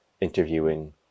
interviewing